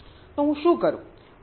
તો હું શું કરું